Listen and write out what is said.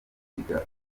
kwivuza